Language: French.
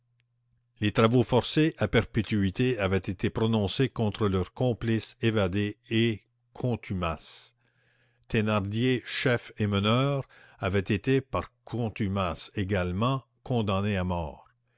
les travaux forcés à perpétuité avaient été prononcés contre leurs complices évadés et contumaces thénardier chef et meneur avait été par contumace également condamné à mort